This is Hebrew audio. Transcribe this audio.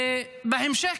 בהמשך,